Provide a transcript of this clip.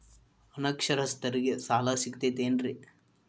ಅನಕ್ಷರಸ್ಥರಿಗ ಸಾಲ ಸಿಗತೈತೇನ್ರಿ?